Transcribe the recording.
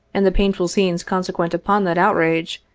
and the painful scenes consequent upon that outrage,